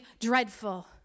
dreadful